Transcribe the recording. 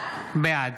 בעד